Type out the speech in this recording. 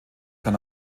kann